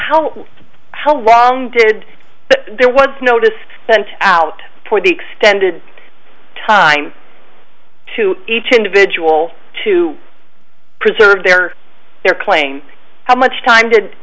how how long did there what notice out for the extended time to each individual to preserve their their claim how much time did